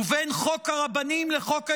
ובין חוק הרבנים לחוק ההשתמטות,